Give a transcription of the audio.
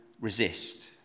resist